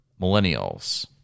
millennials